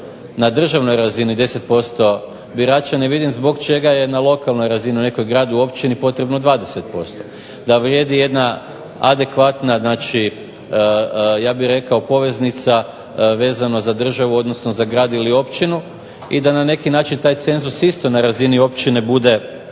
na državnoj razini 10% birača ne vidim zbog čega je na lokalnoj razini u nekom gradu, općini potrebno 20%. Da vrijedi jedna adekvatna znači ja bih rekao poveznica vezano za državu, odnosno za grad ili općinu i da na neki način taj cenzus isto na razini općine bude